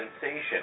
sensation